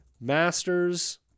Masters